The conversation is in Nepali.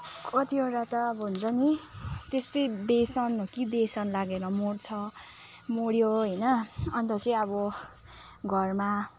कतिवटा अब हुन्छ नि त्यसै देसन हो कि देसन लागेर मर्छ मर्यो होइन अन्त चाहिँ अब घरमा